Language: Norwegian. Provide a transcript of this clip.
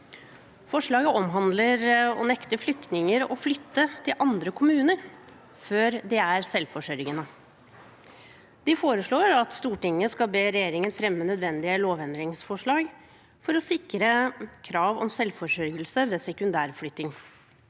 Forslaget handler om å nekte flyktninger å flytte til andre kommuner før de er selvforsørgende. Man foreslår at Stortinget skal be regjeringen fremme de nødvendige lovendringsforslag for å sikre krav om selvforsørgelse ved sekundærflytting,